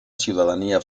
ciudadanía